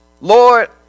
Lord